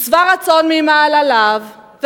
הוא אינו מוטרד מהזילות של בחירת רמטכ"ל בצה"ל,